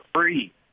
free